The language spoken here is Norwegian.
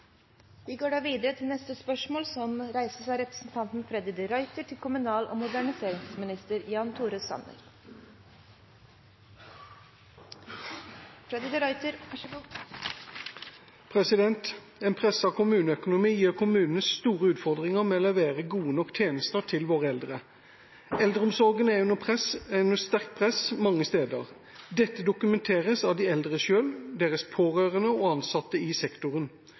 pressa kommuneøkonomi gir kommunene store utfordringer med å levere gode nok tjenester til våre eldre. Eldreomsorgen er under sterkt press mange steder, dette dokumenteres av de eldre selv, deres pårørende og ansatte i sektoren.